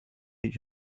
each